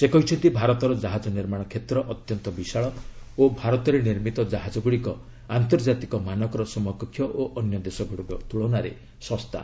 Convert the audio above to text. ସେ କହିଛନ୍ତି ଭାରତର ଜାହାଜ ନିର୍ମାଣ କ୍ଷେତ୍ର ଅତ୍ୟନ୍ତ ବିଶାଳ ଓ ଭାରତରେ ନିର୍ମିତ ଜାହାକଗୁଡ଼ିକ ଆନ୍ତର୍ଜାତିକ ମାନକର ସମକକ୍ଷ ଓ ଅନ୍ୟ ଦେଶଗୁଡ଼ିକ ତୁଳନାରେ ଶସ୍ତା